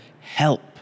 Help